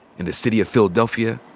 in the city of philadelphia,